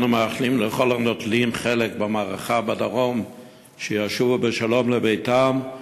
אנו מאחלים לכל הנוטלים חלק במערכה בדרום שישובו בשלום לביתם,